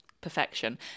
perfection